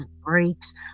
breaks